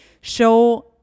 show